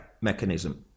mechanism